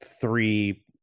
three